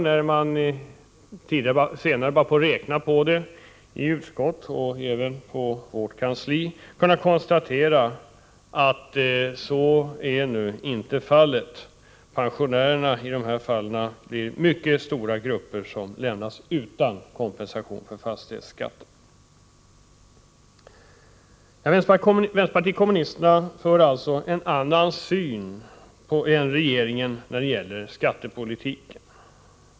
När man senare räknat på detta — i utskottet och på vårt partikansli — har man kunnat konstatera att så inte blir fallet; dessa pensionärer blir en mycket stor grupp som lämnas utan kompensation för fastighetsskatten. Vänsterpartiet kommunisterna har alltså en annan syn än regeringen när det gäller skattepolitiken.